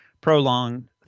Prolonged